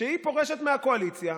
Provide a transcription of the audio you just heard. שהיא פורשת מהקואליציה